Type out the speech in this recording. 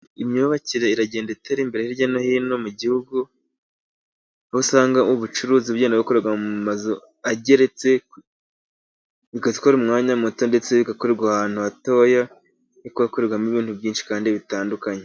Imyubakire iragenda itera imbere hirya no hino mu gihugu, aho usanga ubucuruzi bugenda bukorerwa mu mazu ageretse, bigatwara umwanya muto ndetse bigakorerwa ahantu hatoya, ariko hakorerwamo ibintu byinshi kandi bitandukanye.